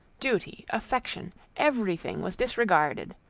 duty, affection, every thing was disregarded.